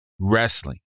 wrestling